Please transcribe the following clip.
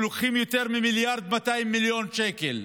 שלוקחים יותר ממיליארד ו-200 מיליון שקל.